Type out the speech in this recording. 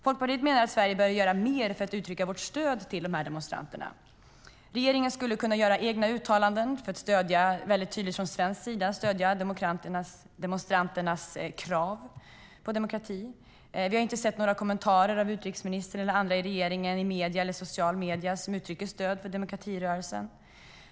Folkpartiet menar att Sverige bör göra mer för att uttrycka vårt stöd till demonstranterna. Regeringen skulle kunna göra egna uttalanden för att från svensk sida tydligt stödja demonstranternas krav på demokrati. Vi har inte sett några kommentarer från utrikesministern eller andra i regeringen i medierna eller i sociala medier som uttrycker stöd för demokratirörelsen.